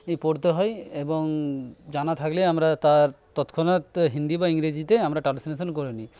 পড়তে হয় এবং জানা থাকলে আমরা তার তৎক্ষণাৎ হিন্দি বা ইংরেজিতে আমরা ট্রান্সলেশন করে নিই